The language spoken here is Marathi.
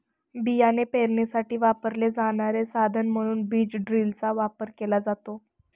बियाणे पेरणीसाठी वापरले जाणारे साधन म्हणून बीज ड्रिलचा वापर केला जातो